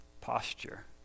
posture